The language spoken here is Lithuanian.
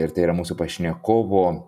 ir tai yra mūsų pašnekovo